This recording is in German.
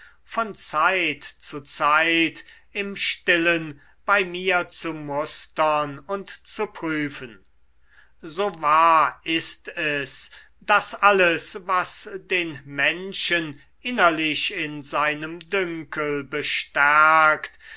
von zeit zu zeit im stillen bei mir zu mustern und zu prüfen so wahr ist es daß alles was den menschen innerlich in seinem dünkel bestärkt